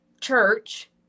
church